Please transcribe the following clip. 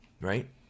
right